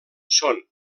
són